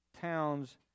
towns